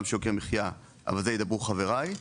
של יוקר המחיה אבל על זה ידברו חבריי.